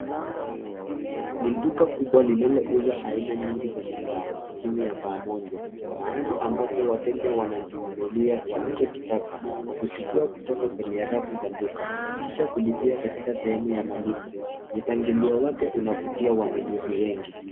Ni duka kubwa linalouza aina nyingi za bidhaa chini ya paa moja mahali ambapo wateja wanajinunulia wanachokitaka kwa kuchukua kutoka kwenye rafu za duka kisha kulipia katika sehemu ya malipo. Mipangilio wake unavutia wanunuzi wengi.